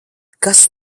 kas